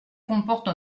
comporte